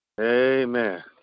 Amen